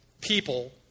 people